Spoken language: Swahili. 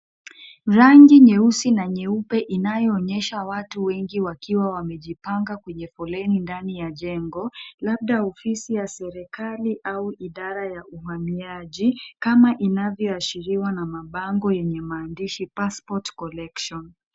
Rangi nyeusi na nyeupe inayo onyesha watu wengi wakiwa wamejipanga kwenye foleni ndani ya jengo, labda ofisi ya serikali au idara ya uhamiaji, kama inavyo ashiriwa na mabango yenye maandishi passport collection .